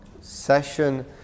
Session